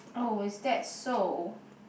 oh is that so